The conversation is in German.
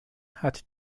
hat